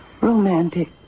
romantic